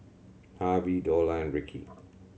Harvey Dorla and Rickey